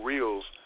Reels